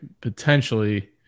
potentially